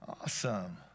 Awesome